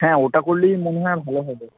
হ্যাঁ ওটা করলেই মনে হয় ভালো হবে